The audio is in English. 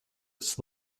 its